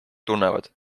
tunnevad